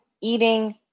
eating